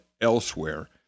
elsewhere